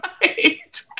Right